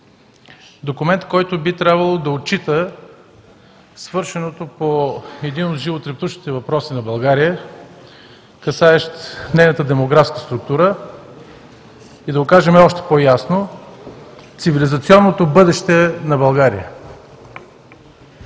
документ, който би трябвало да отчита свършеното по един от животрептящите въпроси на България, касаещ нейната демографска структура, и, да го кажем още по-ясно – цивилизационното бъдеще на България.